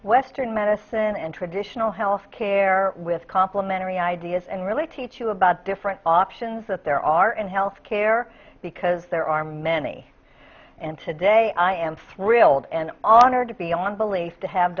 western medicine and traditional health care with complimentary ideas and really teach you about different options that there are in health care because there are many and today i am thrilled and honored to be on belief to have